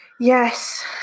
Yes